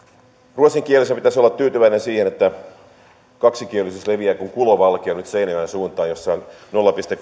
ruotsinkielisenä pitäisi olla tyytyväinen siihen että kaksikielisyys leviää kuin kulovalkea nyt seinäjoen suuntaan missä on nolla pilkku